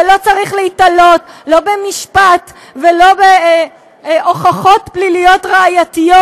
ולא צריך להיתלות לא במשפט ולא בהוכחות פליליות ראייתיות,